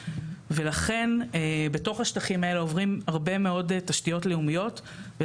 ולכן בתוך השטחים האלה עוברים הרבה מאוד תשתיות לאומיות.